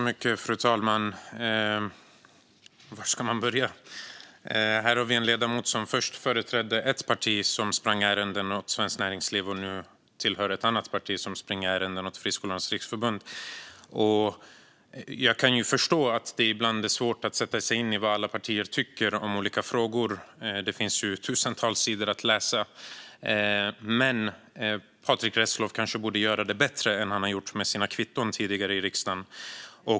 Fru talman! Var ska man börja? Här har vi en ledamot som först företrädde ett parti som sprang ärenden åt Svenskt Näringsliv och nu tillhör ett annat parti, som springer ärenden åt Friskolornas riksförbund. Jag kan förstå att det ibland är svårt att sätta sig in i vad alla partier tycker i olika frågor. Det finns ju tusentals sidor att läsa. Men Patrick Reslow kanske borde göra det bättre än vad han gjort med sina kvitton tidigare i riksdagen.